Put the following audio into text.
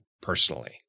personally